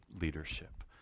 leadership